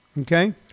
Okay